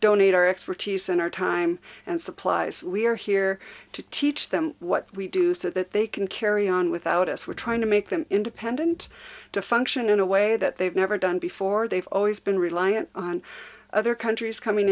donate our expertise and our time and supplies we are here to teach them what we do so that they can carry on without us we're trying to make them independent to function in a way that they've never done before they've always been reliant on other countries coming